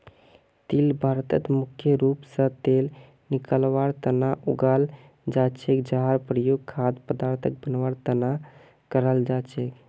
तिल भारतत मुख्य रूप स तेल निकलवार तना उगाल जा छेक जहार प्रयोग खाद्य पदार्थक बनवार तना कराल जा छेक